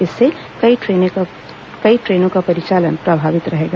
इससे कई ट्रेनों का परिचालन प्रभावित रहेगा